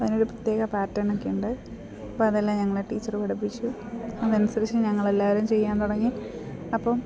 അതിനൊരു പ്രത്യേക പാറ്റേണൊക്കെയുണ്ട് അപ്പം അതെല്ലാം ഞങ്ങളെ ടീച്ചർ പഠിപ്പിച്ചു അതനുസരിച്ച് ഞങ്ങളെല്ലാവരും ചെയ്യാൻ തുടങ്ങി അപ്പം